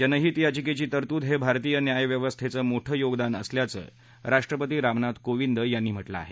जनहित याचिकेची तरतूद हे भारतीय न्यायव्यवस्थेचं मोठं योगदान असल्याचं राष्ट्रपती रामनाथ कोविंद यांनी म्हटलं आहे